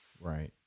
right